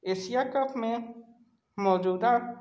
एसिया cup में मौजूदा